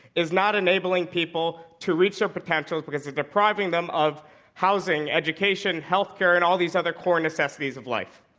is not enabling people to reach their potential, because it's depriving them of housing, education, healthcare, and all these other core necessities of life.